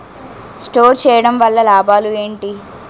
Store చేయడం వల్ల లాభాలు ఏంటి?